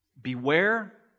beware